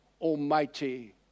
Almighty